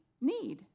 need